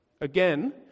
again